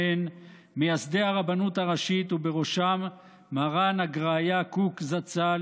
מייסדי הרבנות הראשית ובראשם מרן הגראי"ה קוק זצ"ל